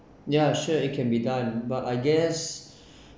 ya sure it can be done but I guess